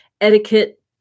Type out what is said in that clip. etiquette